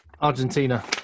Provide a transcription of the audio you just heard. Argentina